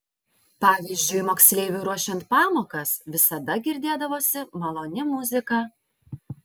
pavyzdžiui moksleiviui ruošiant pamokas visada girdėdavosi maloni muzika